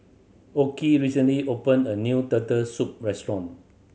Okey recently opened a new Turtle Soup restaurant